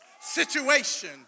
situation